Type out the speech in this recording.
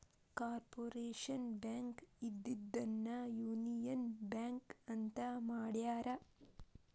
corporation Bank ಇದ್ದಿದ್ದನ್ನ Union Bank ಅಂತ ಮಾಡ್ಯಾರ